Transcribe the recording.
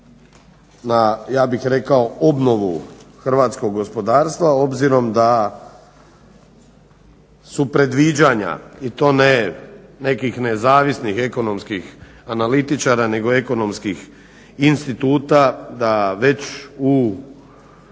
na, ja bih rekao obnovu hrvatskog gospodarstva obzirom da su predviđanja i to ne nekih nezavisnih ekonomskih analitičara, nego ekonomskih instituta da već u